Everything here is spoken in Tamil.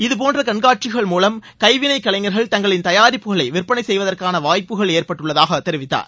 இதபோன்ற கண்காட்சிகள் மூலம் கைவினைக்கலைஞர்கள் தங்களின் தயாரிப்புகளை விற்பனை செய்வதற்கான வாய்ப்புகள் ஏற்பட்டுள்ளதாக தெரிவித்தார்